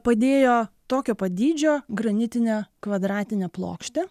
padėjo tokio pat dydžio granitinę kvadratinę plokštę